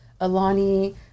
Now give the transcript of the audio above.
Alani